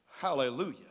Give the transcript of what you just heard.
Hallelujah